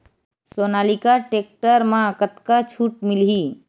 Sonalika tractor म कतका छूट मिलही?